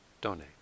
donate